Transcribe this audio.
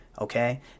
okay